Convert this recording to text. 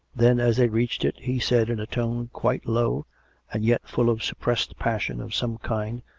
then as they reached it, he said, in a tone quite low and yet full of suppressed passion of some kind,